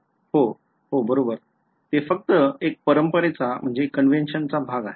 हो हो बरोबर ते फक्त एक परंपरेचा चा भाग आहे